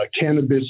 cannabis